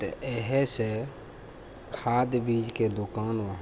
तऽ इहेसँ खाद बीजके दोकान वहाँ